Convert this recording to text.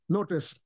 Notice